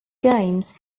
games